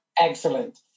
Excellent